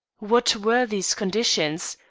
what were these conditions?